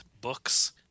books